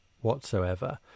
whatsoever